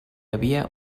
havia